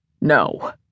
No